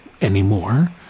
anymore